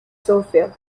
sofia